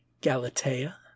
galatea